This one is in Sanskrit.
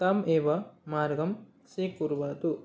तम् एव मार्गं स्वीकुर्वन्तु